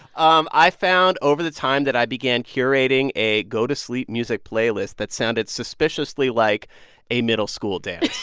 um i found over the time that i began curating a go-to-sleep music playlist that sounded suspiciously like a middle school dance.